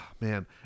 man